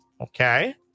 Okay